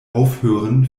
aufhören